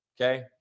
okay